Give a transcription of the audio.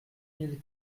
mille